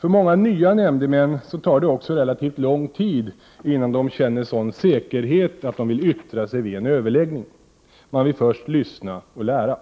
För många nya nämndemän tar det också relativt lång tid innan de känner sådan säkerhet att de vill yttra sig vid en överläggning; man vill först lyssna och lära.